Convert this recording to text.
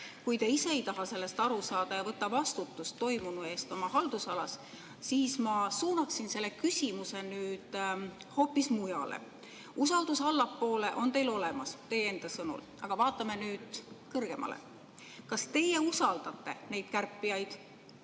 Kui te ise ei taha sellest aru saada ja võtta vastutust oma haldusalas toimunu eest, siis ma suunaksin selle küsimuse nüüd hoopis mujale. Usaldus allapoole on teil teie enda sõnul olemas, aga vaatame nüüd kõrgemale. Kas teie usaldate neid kärpijaid,